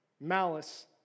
malice